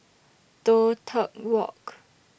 Toh Tuck Walk